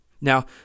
Now